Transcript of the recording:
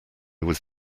was